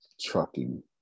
Trucking